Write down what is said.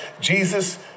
Jesus